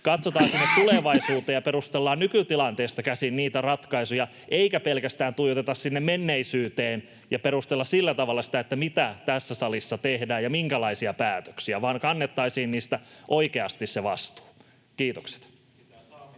katsotaan sinne tulevaisuuteen ja perustellaan nykytilanteesta käsin niitä ratkaisuja eikä pelkästään tuijoteta sinne menneisyyteen ja perustella sillä tavalla sitä, mitä tässä salissa tehdään ja minkälaisia päätöksiä, vaan kannettaisiin niistä oikeasti se vastuu. — Kiitokset.